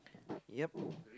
ya